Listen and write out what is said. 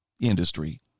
industry